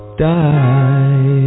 die